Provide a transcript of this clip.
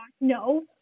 no